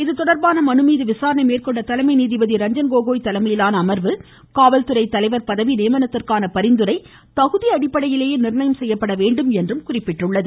இதுதொடர்பான மனு மீது விசாரணை மேற்கொண்ட தலைமை நீதிபதி ரஞ்சன் கோகோய் தலைமையிலான அமர்வு காவல்துறை தலைவர் பதவி நியமனத்திற்க்கான பரிந்துரை தகுதி அடிப்படையிலேயே நிர்ணயம் செய்யப்பட வேண்டும் என்று தெரிவித்துள்ளது